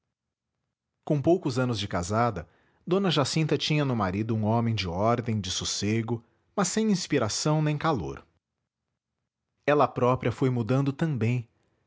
com poucos anos de casada d jacinta tinha no marido um homem de ordem de sossego mas sem inspiração nem calor ela própria foi mudando também